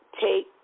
take